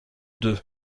deux